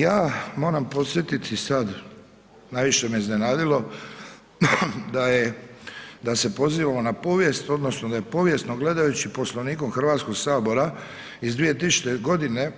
Ja moram podsjetiti sad, najviše me iznenadilo, da se pozivamo na povijest odnosno da je povijesno gledajući Poslovnikom Hrvatskog sabora iz 2000. g.